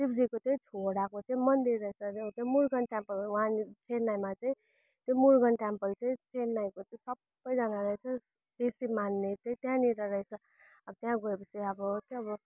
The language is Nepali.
शिवजीको चाहिँ छोराको चाहिँ मन्दिर रहेछ त्यो त्यो मुरुगन टेम्पल वहाँनेरि चेन्नईमा चाहिँ त्यो मुरुगन टेम्पल चाहिँ चेन्नईको चाहिँ सबैजनाले चाहिँ बेसी मान्ने चाहिँ त्यही त्यहाँनिर रहेछ अब त्यहाँ गएपछि अब तब